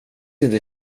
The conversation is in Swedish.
inte